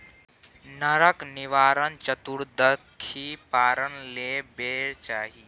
नरक निवारण चतुदर्शीक पारण लेल बेर चाही